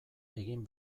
egin